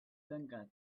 tancat